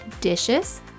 dishes